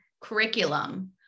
curriculum